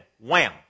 Wham